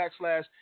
backslash